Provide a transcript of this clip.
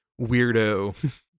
weirdo